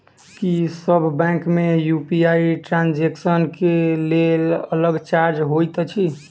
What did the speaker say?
की सब बैंक मे UPI transaction केँ लेल अलग चार्ज होइत अछि?